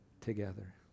together